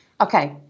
Okay